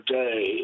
day